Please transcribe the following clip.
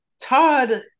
Todd